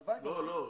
לא,